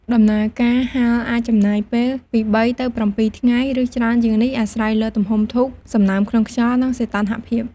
ដំណើរការហាលអាចចំណាយពេលពី ៣ ទៅ ៧ ថ្ងៃ ឬច្រើនជាងនេះ អាស្រ័យលើទំហំធូប សំណើមក្នុងខ្យល់ និងសីតុណ្ហភាព។